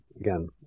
again